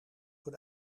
voor